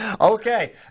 Okay